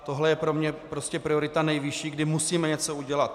Tohle je pro mě prostě priorita nejvyšší, kdy musíme něco udělat.